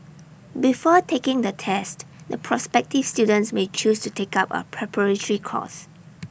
before taking the test the prospective students may choose to take up A preparatory course